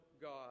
God